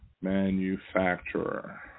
manufacturer